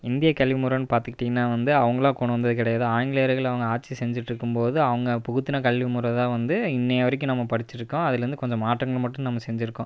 இந்திய கல்வி முறைன்னு பார்த்துக்கிட்டிங்கனா வந்து அவங்களாக கொண்டு வந்தது கிடையாது ஆங்கிலேயர்கள் அவங்க ஆட்சி செஞ்சுட்ருக்கும் போது அவங்க புகுத்தின கல்வி முறை தான் வந்து இன்றைய வரைக்கும் நம்ம படித்திருக்கோம் அதுலேருந்து கொஞ்சம் மாற்றங்கள் மட்டும் நம்ம செஞ்சுருக்கோம்